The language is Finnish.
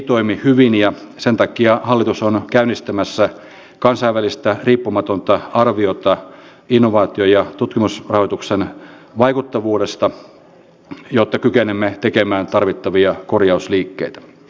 nämä päätökset eivät ole ideologisia myös on kuultu esimerkiksi meidän hallituksen porvaripuolueilta että he eivät ole mielellään tekemässä näitä leikkauksia